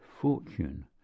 fortune